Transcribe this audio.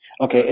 Okay